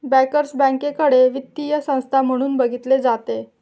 bankers बँकेकडे वित्तीय संस्था म्हणून बघितले जाते